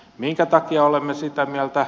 minkä takia olemme sitä mieltä